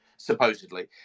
Supposedly